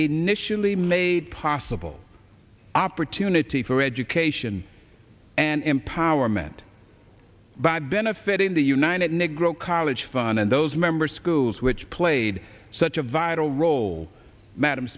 nationally made possible opportunity for education and empowerment by benefiting the united negro college fund in those member schools which played such a vital role madam